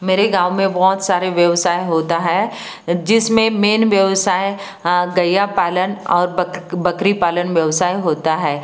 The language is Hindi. मेरे गाँव में बहुत सारे व्यवसाय होता है जिसमें मेन व्यवसाय गैया पालन और बक्र बक्री पालन व्यवसाय होता है